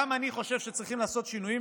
גם אני חושב שצריך לעשות שינויים,